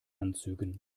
anzügen